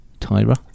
Tyra